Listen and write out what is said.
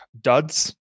duds